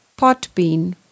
Potbean